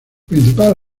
principal